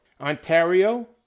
Ontario